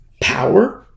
power